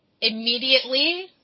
immediately